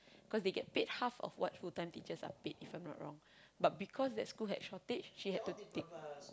cause they get paid half of what full-time teachers are paid if I'm not wrong but because that school had shortage she had to take